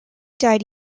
died